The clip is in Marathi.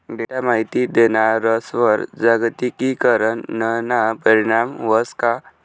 डेटा माहिती देणारस्वर जागतिकीकरणना परीणाम व्हस का?